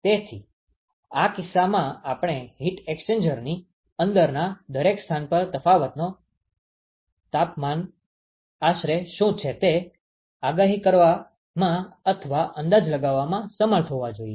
તેથી આ કિસ્સામાં આપણે હીટ એક્સ્ચેન્જરની અંદરના દરેક સ્થાન પર તાપમાનનો તફાવત આશરે શું છે તે આગાહી કરવામાં અથવા અંદાજ લગાવવામાં સમર્થ હોવા જોઈએ